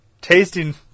tasting